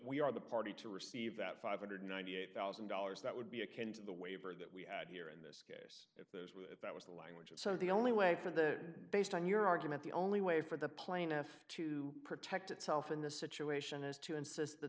we are the party to receive that five hundred ninety eight thousand dollars that would be akin to the waiver that we had here in this case if those with if that was the language and so the only way for the based on your argument the only way for the plaintiff to protect itself in this situation is to insist that